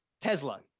Tesla